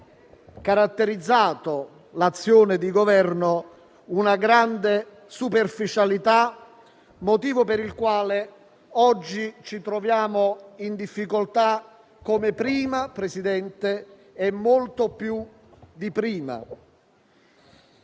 caratterizzata da una grande superficialità, motivo per il quale oggi ci troviamo in difficoltà come prima e molto più di prima.